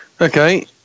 Okay